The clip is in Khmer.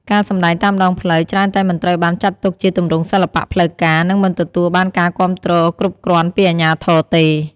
ការសម្ដែងតាមដងផ្លូវច្រើនតែមិនត្រូវបានចាត់ទុកជាទម្រង់សិល្បៈផ្លូវការ និងមិនទទួលបានការគាំទ្រគ្រប់គ្រាន់ពីអាជ្ញាធរទេ។